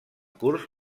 curs